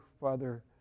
Father